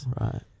Right